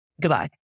Goodbye